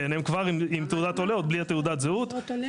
כן, הם כבר עם תעודת עולה עוד לפני תעודת זהות.